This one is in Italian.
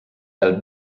dal